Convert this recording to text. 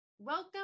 Welcome